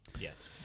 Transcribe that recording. Yes